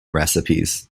recipes